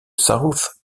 south